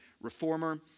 reformer